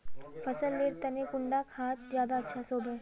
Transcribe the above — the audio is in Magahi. फसल लेर तने कुंडा खाद ज्यादा अच्छा सोबे?